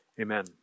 Amen